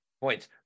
points